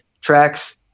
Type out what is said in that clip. tracks